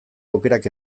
aukerak